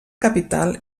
capital